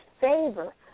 favor